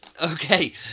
Okay